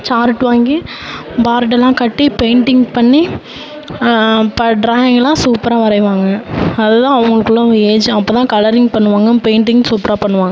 chart வாங்கி பார்டுலாம் கட்டி பெயிண்டிங் பண்ணி ப ட்ராயிங்லாம் சூப்பராக வரையுவாங்க அதுதான் அவங்களுக்குள்ள ஓ ஏஜ் அப்போதான் கலரிங் பண்ணுவாங்கள் பெயிண்டிங் சூப்பராக பண்ணுவாங்கள்